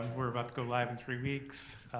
we're about to go live in three weeks.